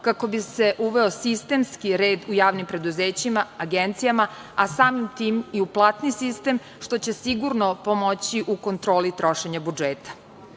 kako bi se uveo sistemski red u javnim preduzećima, agencijama, a samim tim u platni sistem, što će sigurno pomoći u kontroli trošenja